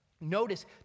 Notice